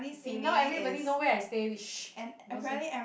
eh now everybody know where I stay leh